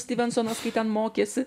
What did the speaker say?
styvensonas kai ten mokėsi